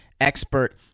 expert